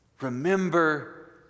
Remember